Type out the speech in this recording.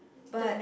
but